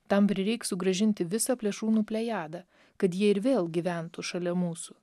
tam prireiks sugrąžinti visą plėšrūnų plejadą kad jie ir vėl gyventų šalia mūsų